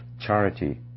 charity